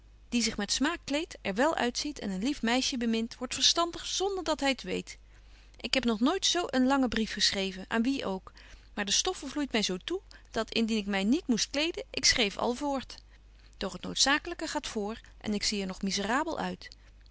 die zich met smaak kleedt er wel uitziet en een lief meisje bemint wordt verstandig zonder dat hy t weet ik heb nog nooit zo een langen brief geschreven aan wie ook maar de stoffe vloeit my zo toe dat indien ik my niet moest kleden ik schreef al voort doch t noodzaaklyke gaat vr en ik zie er nog miserabel uit